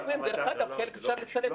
דרך אגב, את חלק אפשר לשלב ביישובים לידם.